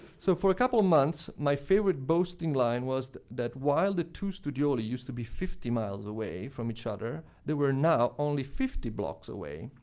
so for a couple months, my favorite boasting line was that while the two studioli used to be fifty miles away from each other, they were now only fifty blocks away.